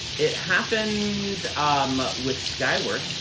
it happened um with skyward.